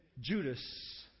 Judas